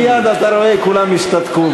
מייד, אתה רואה, כולם השתתקו.